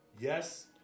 Yes